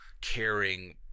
caring